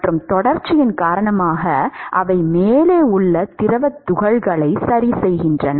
மற்றும் தொடர்ச்சியின் காரணமாக அவை மேலே உள்ள திரவத் துகள்களை சரி செய்கின்றன